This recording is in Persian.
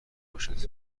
باشد